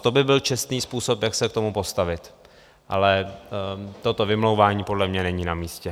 To by byl čestný způsob, jak se k tomu postavit, ale toto vymlouvání podle mě není namístě.